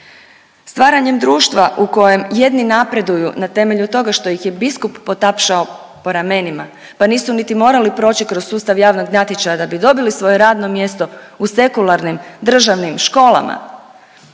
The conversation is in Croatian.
Stvaranjem društva u kojem jedni napreduju na temelju toga što ih je biskup potapšao po ramenima, pa nisu niti morali proći kroz sustav javnog natječaja da bi dobili svoje radno mjesto u sekularnim, državnim školama.